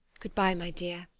good-bye, my dear.